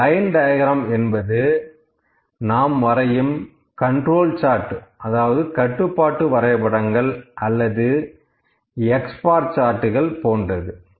இந்த line diagram என்பது நாம் வரையும் கண்ட்ரோல் சார்ட் அதாவது கட்டுப்பாட்டு வரைபடங்கள் அல்லது X பார் சார்ட்கள் போன்றது